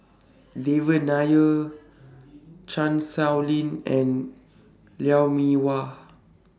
Devan Nair Chan Sow Lin and Lou Mee Wah